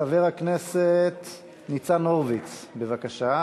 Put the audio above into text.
חבר הכנסת ניצן הורוביץ, בבקשה.